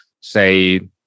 say